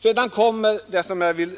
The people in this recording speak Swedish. Sedan kommer en punkt som jag vill